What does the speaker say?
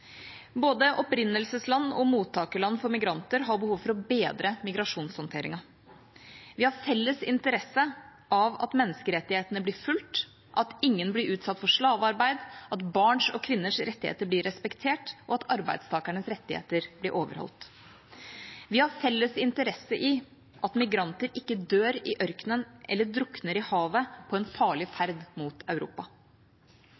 Både opprinnelsesland og mottakerland for migranter har behov for å bedre migrasjonshåndteringen. Vi har felles interesse av at menneskerettighetene blir fulgt, at ingen blir utsatt for slavearbeid, at barns og kvinners rettigheter blir respektert, og at arbeidstakeres rettigheter blir overholdt. Vi har felles interesse av at migranter ikke dør i ørkenen eller drukner i havet på en farlig